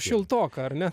šiltoka ar ne